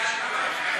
נתקבלו.